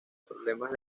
problemas